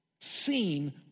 seen